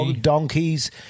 donkeys